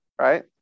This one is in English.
Right